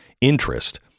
interest